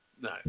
no